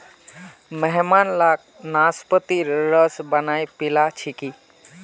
मेहमान लाक नाशपातीर रस बनइ पीला छिकि